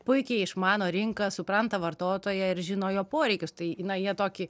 puikiai išmano rinką supranta vartotoją ir žino jo poreikius tai na jie tokį